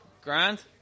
grand